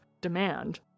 demand